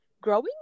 growing